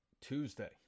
Tuesday